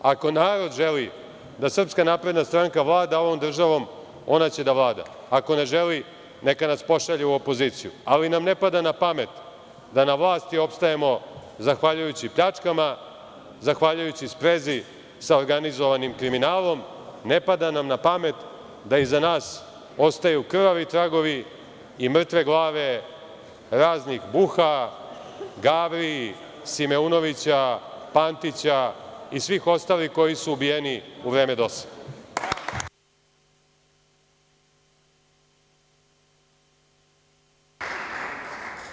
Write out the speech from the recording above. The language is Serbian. Ako narod želi da SNS vlada ovom državom, ona će da vlada, ako ne želi neka nas pošalje u opoziciju, ali nam ne pada napamet da na vlasti opstajemo zahvaljujući pljačkama, zahvaljujući sprezi sa organizovanim kriminalom, ne pada nam napamet da iza nas ostaju krvavi tragovi i mrtve glave raznih Buha, Gavri, Simeunovića, Pantića i svih ostalih koji su ubijeni u vreme DOS-a.